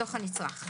בתוך ה"נצרך".